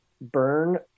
burn